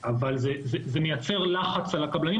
אבל זה מייצר לחץ על הקבלנים.